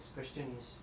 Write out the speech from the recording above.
mm